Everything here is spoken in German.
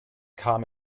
kam